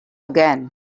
again